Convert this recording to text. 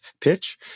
pitch